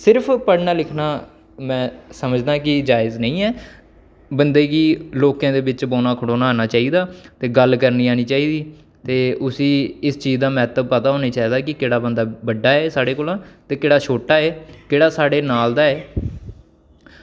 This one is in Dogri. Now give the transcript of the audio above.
सिर्फ पढ़ना लिखना में समझना कि जायज़ नेईं ऐ बंदे गी लोकें दे बिच्च बौह्ना खड़ौना आना चाहिदा ते गल्ल करने गी आनी चाहिदी उसी इस चीज़ दा म्हत्व होना चाहिदा की केह्ड़ा बंदा बड्डा ऐ साढ़े कोला ते केह्ड़ा छोटा ऐ केह्ड़ा साढ़े नाल दा ऐ